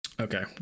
Okay